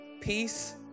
peace